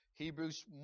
Hebrews